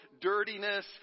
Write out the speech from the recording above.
dirtiness